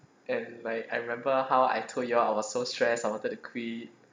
and like I remember how I told you all I was so stress I wanted to quit